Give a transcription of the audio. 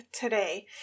today